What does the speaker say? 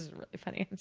really funny.